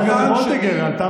אנחנו בצו ביומטרי, איך הגעת לזה?